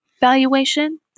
valuation